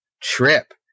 trip